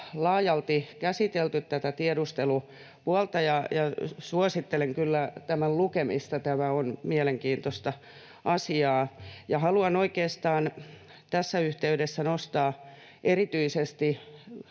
laajalti käsitelty tätä tiedustelupuolta, ja suosittelen kyllä tämän lukemista. Tämä on mielenkiintoista asiaa. Haluan oikeastaan tässä yhteydessä nostaa — erityisesti